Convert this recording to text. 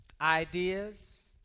ideas